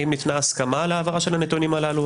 האם ניתנה הסכמה להעברת הנתונים האלה,